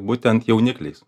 būtent jaunikliais